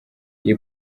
iyi